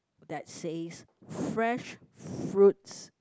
that says fresh fruits